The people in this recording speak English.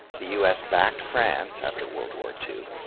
the u s. backed france after world war two,